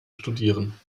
studieren